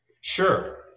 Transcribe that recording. Sure